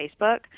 Facebook